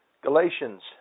Galatians